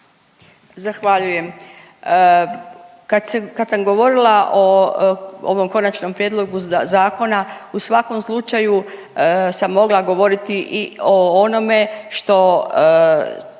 Zahvaljujem. Kad se, kad sam govorila o ovom Konačnom prijedlogu zakona, u svakom slučaju sam mogla govoriti i o onome što